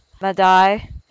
Madai